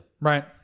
Right